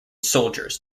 soldiers